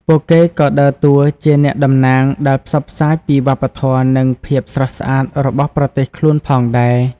ពួកគេក៏ដើរតួជាអ្នកតំណាងដែលផ្សព្វផ្សាយពីវប្បធម៌និងភាពស្រស់ស្អាតរបស់ប្រទេសខ្លួនផងដែរ។